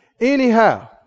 Anyhow